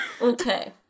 Okay